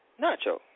Nacho